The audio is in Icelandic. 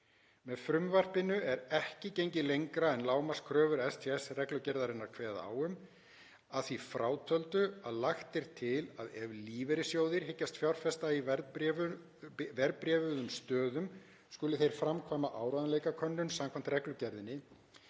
Með frumvarpinu er ekki gengið lengra en lágmarkskröfur STS-reglugerðarinnar kveða á um, að því frátöldu að lagt er til að ef lífeyrissjóðir hyggjast fjárfesta í verðbréfuðum stöðum skuli þeir framkvæma áreiðanleikakönnun samkvæmt reglugerðarinni,